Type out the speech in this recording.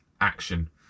action